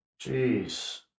Jeez